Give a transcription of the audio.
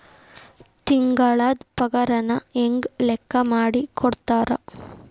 ತಿಂಗಳದ್ ಪಾಗಾರನ ಹೆಂಗ್ ಲೆಕ್ಕಾ ಮಾಡಿ ಕೊಡ್ತಾರಾ